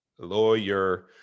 lawyer